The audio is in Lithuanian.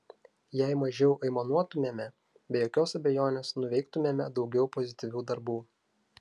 jei mažiau aimanuotumėme be jokios abejonės nuveiktumėme daugiau pozityvių darbų